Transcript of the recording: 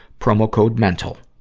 promo code mental.